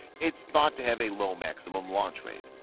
it is thought to have a low maximum launch weight.